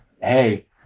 Hey